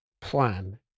plan